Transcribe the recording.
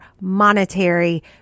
monetary